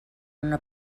una